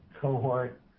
cohort